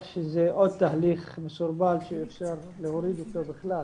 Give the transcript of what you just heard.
שזה עוד תהליך מסורבל שאפשר להוריד אותו בכלל,